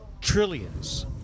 trillions